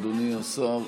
אדוני השר,